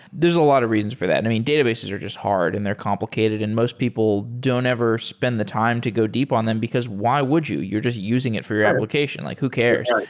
a lot of reasons for that. and i mean, databases are just hard and they're complicated and most people don't ever spend the time to go deep on them, because why would you? you're just using it for your application. like who cares?